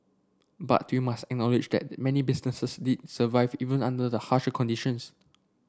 but we must acknowledge that many businesses did survive even under the harsher conditions